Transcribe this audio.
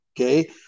okay